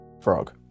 Frog